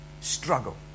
struggle